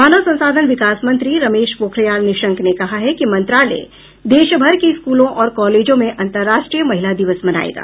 मानव संसाधन विकास मंत्री रमेश पोखरियाल निशंक ने कहा है कि मंत्रालय देशभर के स्कूलों और कॉलेजों में अंतरराष्ट्रीय महिला दिवस मनाएगा